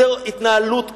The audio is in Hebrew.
וזו התנהלות קבועה.